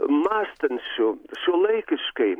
mąstančių šiuolaikiškai